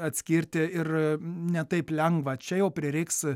atskirti ir ne taip lengva čia jau prireiks